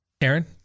Aaron